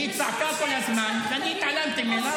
היא צעקה כל הזמן ואני התעלמתי ממנה,